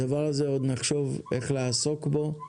הדבר הזה, עוד נחשוב איך לעסוק בו